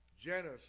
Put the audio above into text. Genesis